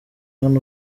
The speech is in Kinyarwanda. hano